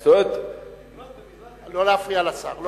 לא להפריע לשר.